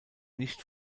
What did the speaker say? nicht